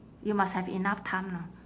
you must have enough time lah